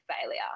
failure